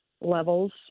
levels